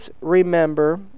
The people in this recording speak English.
remember